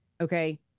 Okay